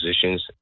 positions